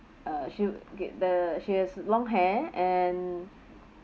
uh she get the she has long hair and